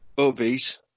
Obese